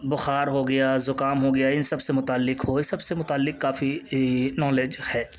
بخار ہو گیا زکام ہو گیا ان سب سے متعلق ہو ان سب سے متعلق کافی نالج ہے